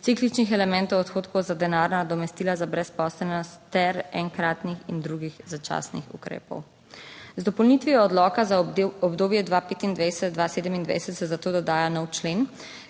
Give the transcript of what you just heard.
cikličnih elementov odhodkov za denarna nadomestila za brezposelnost ter enkratnih in drugih začasnih ukrepov. Z dopolnitvijo odloka za obdobje 2025-2027 se zato dodaja nov člen,